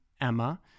Emma